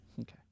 Okay